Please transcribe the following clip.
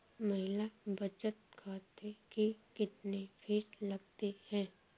महिला बचत खाते की कितनी फीस लगती है?